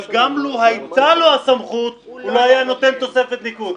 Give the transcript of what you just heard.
-- אבל גם לו הייתה לו הסמכות הוא לא היה נותן תוספת ניקוד.